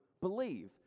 believe